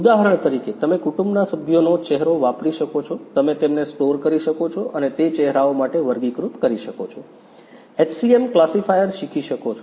ઉદાહરણ તરીકે તમે કુટુંબના સભ્યોનો ચહેરો વાપરી શકો છો તમે તેમને સ્ટોર કરી શકો છો અને તે ચહેરાઓ માટે વર્ગીકૃત કરી શકો છો HCM ક્લાસીફાયર શીખી શકો છો